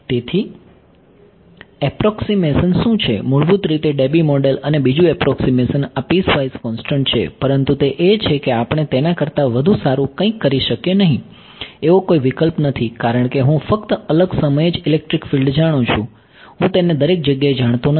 તેથી એપ્રોક્સીમેશન શું છે મૂળભૂત રીતે Debye મોડલ અને બીજું એપ્રોક્સીમેશન આ પીસવાઈઝ કોન્સ્ટન્ટ છે પરંતુ તે એ છે કે આપણે તેના કરતાં વધુ સારું કંઈ કરી શકીએ નહીં એવો કોઈ વિકલ્પ નથી કારણ કે હું ફક્ત અલગ સમયે જ ઇલેક્ટ્રિક ફિલ્ડ જાણું છું હું તેને દરેક જગ્યાએ જાણતો નથી